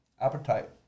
Appetite